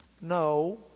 No